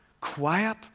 quiet